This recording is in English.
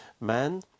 man